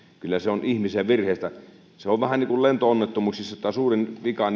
kyllä ne ovat ihmisen virheistä se on vähän niin kuin lento onnettomuuksissa että suurin vika